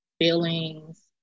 feelings